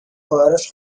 خواهرش